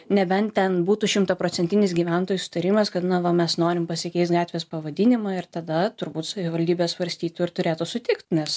nebent ten būtų šimtaprocentinis gyventojų sutarimas kad na va mes norim pasikeist gatvės pavadinimą ir tada turbūt savivaldybė svarstytų ir turėtų sutikti nes